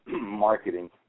marketing